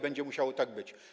Będzie musiało tak być.